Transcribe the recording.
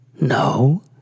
No